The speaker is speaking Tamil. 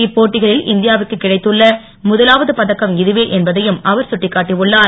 இப்போட்டிகளில் இந்தியாவிற்கு கிடைத்துள்ள முதலாவது பதக்கம் இதுவே என்பதையும் அவர் சுட்டிக்காட்டி உள்ளார்